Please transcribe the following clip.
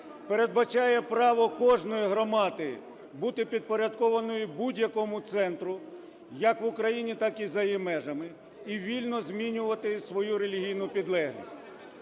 передбачає право кожної громади бути підпорядкованій будь-якому центру, як в Україні, так і за її межами, і вільно змінювати свою релігійну підлеглість.